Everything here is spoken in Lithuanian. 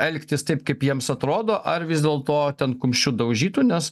elgtis taip kaip jiems atrodo ar vis dėlto ten kumščiu daužytų nes